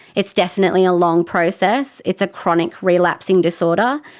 it's definitely a long process, it's a chronic relapsing disorder.